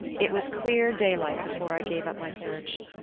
it was clear daylight before i gave up my search.